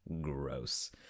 Gross